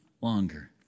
longer